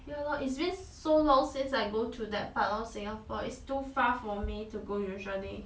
ya lor it's been so long since I've go to that part of singapore it's too far from me to go usually